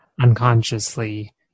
unconsciously